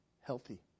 healthy